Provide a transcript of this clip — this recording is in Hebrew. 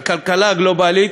הכלכלה הגלובלית,